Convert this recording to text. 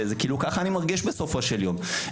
כך אני מרגיש בסופו של יום.